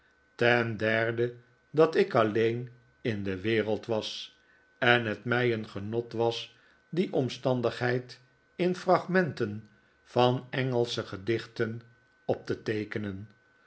ten derde dat ik alleen in de wereld was en het mij een genot was die omstandigheid in fragmenten van engelsche gedichten op te teekenen